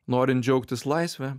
norint džiaugtis laisve